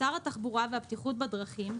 שר התחבורה והבטיחות בדרכים,